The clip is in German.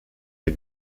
der